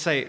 faktaliste